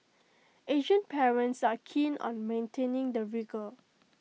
Asian parents are keen on maintaining the rigour